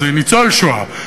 זה ניצוֹל שואה,